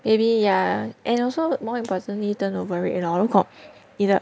maybe ya and also more importantly turn over rate lah 如果你的